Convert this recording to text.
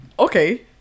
okay